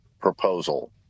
proposal